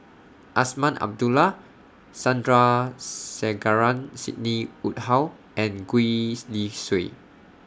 Azman Abdullah Sandrasegaran Sidney Woodhull and Gwee's Li Sui